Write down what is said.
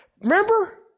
Remember